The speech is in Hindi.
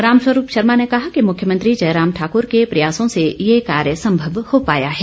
रामस्वरूप शर्मा ने कहा कि मुख्यमंत्री जयराम ठाकुर के प्रयासों से ये कार्य संभव हो पाया है